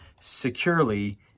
securely